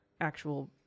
actual